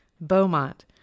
Beaumont